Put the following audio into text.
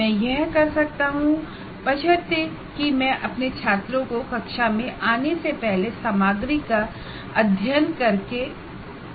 यह तभी हो सकता है जब छात्र कक्षा में आने से पहले विषय से सम्बन्धित पढ़ कर आए